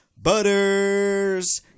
Butters